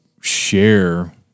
share